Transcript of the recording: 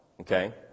Okay